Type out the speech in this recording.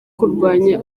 kurwanya